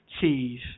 cheese